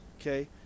okay